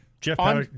Jeff